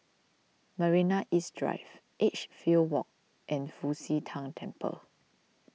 Marina East Drive Edgefield Walk and Fu Xi Tang Temple